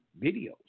videos